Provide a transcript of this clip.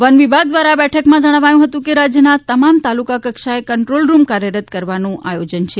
one વિભાગ દ્વારા આ બેઠકમાં જણાવાયું હતું કે રાજ્યના તમામ તાલુકા કક્ષાએ કંટ્રોલ રૂમ કાર્યરત કરવાનું આયોજન છે